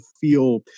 feel